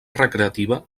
recreativa